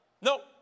no